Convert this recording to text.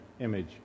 image